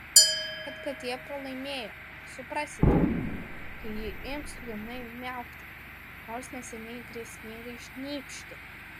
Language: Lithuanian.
kad katė pralaimėjo suprasite kai ji ims liūdnai miaukti nors neseniai grėsmingai šnypštė